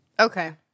Okay